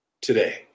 today